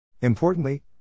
Importantly